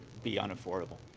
be unaffordable.